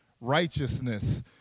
righteousness